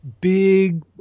big